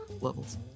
levels